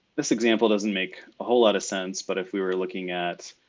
this example, doesn't make a whole lot of sense. but if we were looking at,